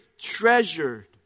treasured